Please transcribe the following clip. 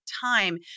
time